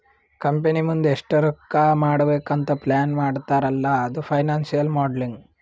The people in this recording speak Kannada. ಕಂಪನಿ ಮುಂದ್ ಎಷ್ಟ ರೊಕ್ಕಾ ಮಾಡ್ಬೇಕ್ ಅಂತ್ ಪ್ಲಾನ್ ಮಾಡ್ತಾರ್ ಅಲ್ಲಾ ಅದು ಫೈನಾನ್ಸಿಯಲ್ ಮೋಡಲಿಂಗ್